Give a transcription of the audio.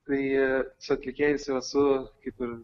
tai su atlikėjais jau esu kaip ir